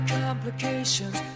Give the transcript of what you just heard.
complications